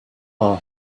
are